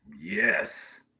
yes